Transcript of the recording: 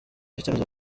icyemezo